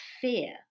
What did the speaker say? fear